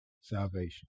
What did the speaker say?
salvation